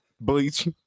bleach